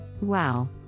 Wow